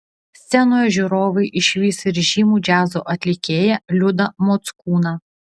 scenoje žiūrovai išvys ir žymų džiazo atlikėją liudą mockūną